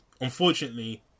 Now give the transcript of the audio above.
unfortunately